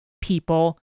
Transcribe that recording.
people